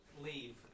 Leave